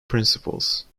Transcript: principles